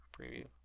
preview